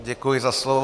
Děkuji za slovo.